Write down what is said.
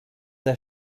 der